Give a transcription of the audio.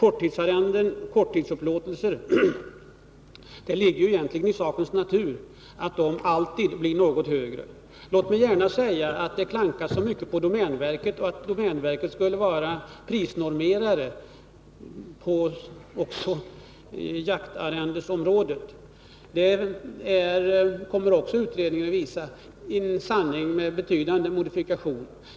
Det ligger egentligen i sakens natur att kortsiktiga arrenden alltid blir något högre. Det klankas mycket på domänverket och sägs att domänverket skulle vara prisnormerare på jaktarrendesområdet. Beredningen kommer också att visa att det är en sanning med modifikation.